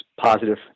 positive